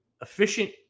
Efficient